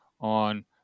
on